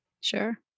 Sure